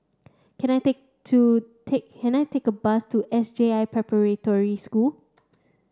can I take to take can I take a bus to S J I Preparatory School